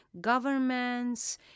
governments